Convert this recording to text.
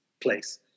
place